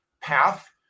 path